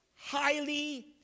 highly